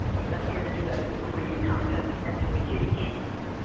and the best way to do that is to create content, and to engage.